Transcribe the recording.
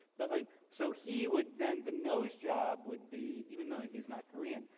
but like so he would then. the nose job would be, even though he's not korean,